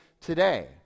today